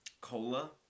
cola